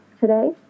today